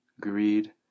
greed